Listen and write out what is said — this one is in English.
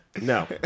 no